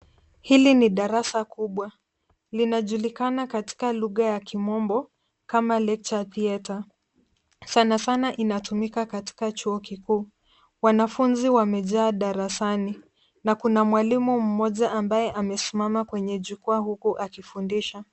Hili ni darasa kubwa linajulikana katika lugha ya kimombo kama lecture theatre . Sana sana inatumika katika chuo kikuu. Wanafunzi wamejaa darasani na kuna mwalimu mmoja ambaye amesimama kwenye jukwaa huku akifundisha.